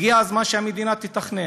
הגיע הזמן שהמדינה תתכנן.